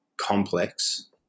complex